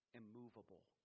immovable